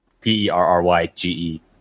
P-E-R-R-Y-G-E